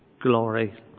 glory